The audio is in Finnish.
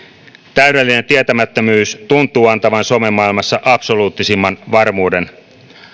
täydellinen tietämättömyys tuntuu antavan somemaailmassa absoluuttisimman varmuuden